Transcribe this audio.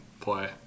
play